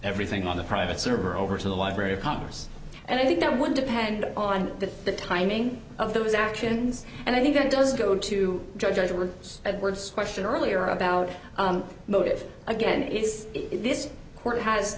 everything on the private server over to the library of congress and i think that would depend on the timing of those actions and i think that does go to judge edward edwards question earlier about motive again is this court has